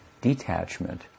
detachment